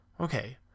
okay